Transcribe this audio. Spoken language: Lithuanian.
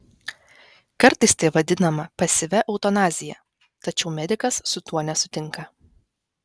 kartais tai vadinama pasyvia eutanazija tačiau medikas su tuo nesutinka